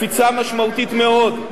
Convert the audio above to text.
זו קפיצה משמעותית מאוד.